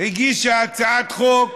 הגישה הצעת חוק